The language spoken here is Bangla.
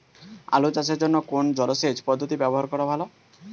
আলু চাষের জন্য কোন জলসেচ পদ্ধতি ব্যবহার করা ভালো?